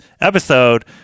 episode